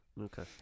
Okay